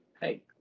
hey